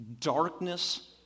darkness